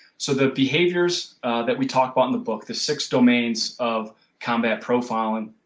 so, the behaviors that we talk about on the book, the six domains of combat profiling,